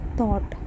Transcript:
thought